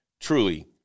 truly